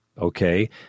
Okay